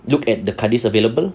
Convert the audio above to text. look at the kadi available